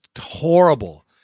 horrible